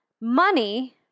Money